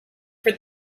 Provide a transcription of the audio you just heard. for